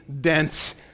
dense